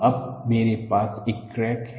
तो अब मेरे पास एक क्रैक है